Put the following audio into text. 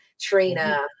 Trina